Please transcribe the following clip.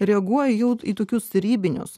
reaguoja jau į tokius ribinius